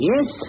Yes